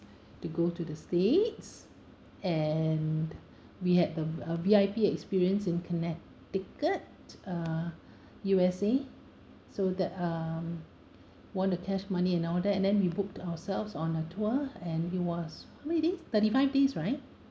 to go to the states and we had the a V_I_P experience in connecticut uh U_S_A so that uh won the cash money and all that and then we booked ourselves on a tour and it was how may days thirty five days right